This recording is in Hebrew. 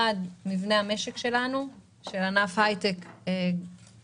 אחד, מבנה המשק שלנו, של ענף הייטק חזק.